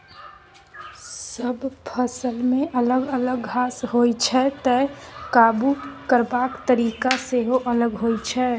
सब फसलमे अलग अलग घास होइ छै तैं काबु करबाक तरीका सेहो अलग होइ छै